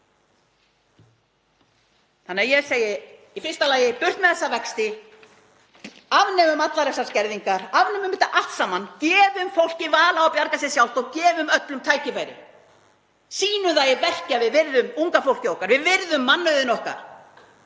grein. Ég segi í fyrsta lagi: Burt með þessa vexti: Afnemum allar þessar skerðingar. Afnemum þetta allt saman. Gefum fólki val á að bjarga sér sjálft og gefum öllum tækifæri, sýnum það í verki að við virðum unga fólkið okkar, við virðum mannauðinn okkar